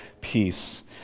peace